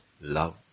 love